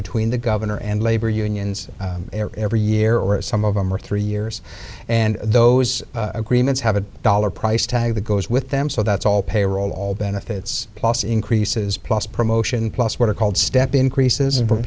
between the governor and labor unions every year or at some of them are three years and those agreements have a dollar price tag that goes with them so that's all payroll all benefits plus increases plus promotion plus what are called step increases and